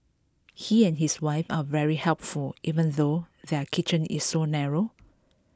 he and his wife are very helpful even though their kitchen is so narrow